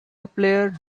players